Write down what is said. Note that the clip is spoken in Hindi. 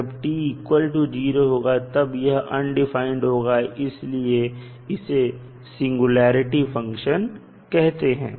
जब t0 होगा तब यह अनडिफाइंड होगा इसीलिए इसे सिंगुलेरिटी फंक्शन कहते हैं